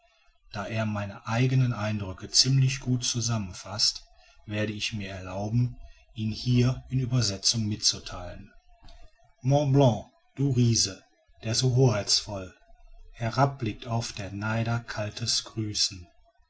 da er meine eigenen eindrücke ziemlich gut zusammen faßt werde ich mir erlauben ihn hier in uebersetzung mitzutheilen mont blanc du riese der so hoheitsvoll herabblickt auf der neider kaltes grüßen